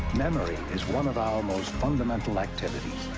memory is one of our most fundamental activities,